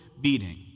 beating